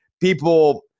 people